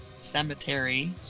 Cemetery